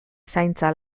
zaintza